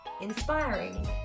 inspiring